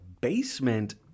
Basement